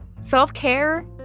Self-care